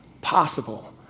possible